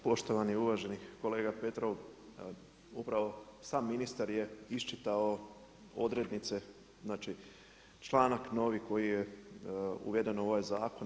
Poštovani i uvaženi kolega Petrov, upravo sam ministar je iščitao odrednice, znači članak novi koji je uveden u ovaj zakon.